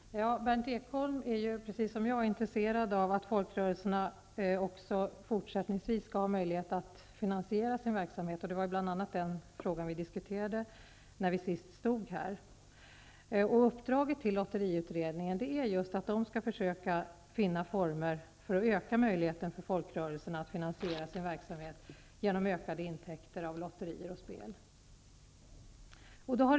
Herr talman! Berndt Ekholm är precis som jag intresserad av att folkrörelserna också fortsättningsvis skall ha möjlighet att finansiera sin verksamhet. Det var bl.a. den frågan vi diskuterade när vi senast stod här. Uppdraget till lotteriutredningen är just att man skall försöka finna former för att öka möjligheterna för folkrörelserna att finansiera sin verksamhet genom ökade intäkter av lotterier och spel.